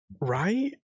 Right